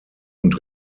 und